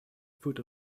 foot